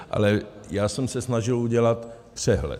Ale já jsem se snažil udělat přehled.